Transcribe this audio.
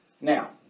Now